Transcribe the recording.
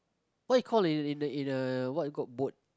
what you call in a in a what you call boat